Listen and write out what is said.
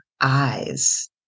eyes